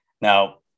Now